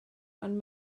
ond